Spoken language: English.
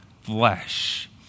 flesh